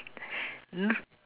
mm